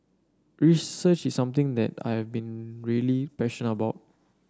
research is something that I've been really passion about